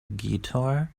guitar